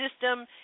system